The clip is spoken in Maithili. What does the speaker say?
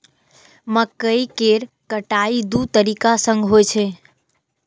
मकइ केर कटाइ दू तरीका सं होइ छै